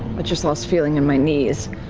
but just lost feeling in my knees.